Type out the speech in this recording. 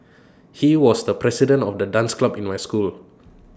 he was the president of the dance club in my school